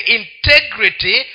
integrity